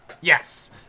Yes